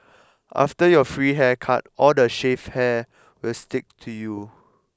after your free haircut all the shaved hair will stick to you